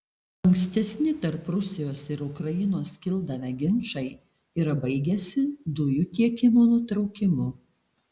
ankstesni tarp rusijos ir ukrainos kildavę ginčai yra baigęsi dujų tiekimo nutraukimu